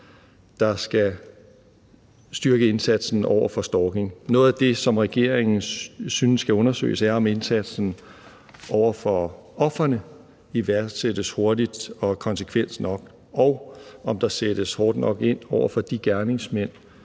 der skal styrke indsatsen over for stalking. Noget af det, som regeringen synes skal undersøges, er, om indsatsen over for ofrene iværksættes hurtigt og konsekvent nok, og om der sættes hårdt nok ind over for de gerningsmænd,